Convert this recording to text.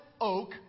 oak